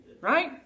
right